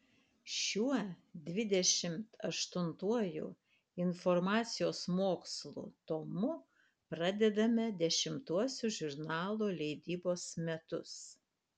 šiuo dvidešimt aštuntuoju informacijos mokslų tomu pradedame dešimtuosius žurnalo leidybos metus